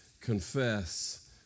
confess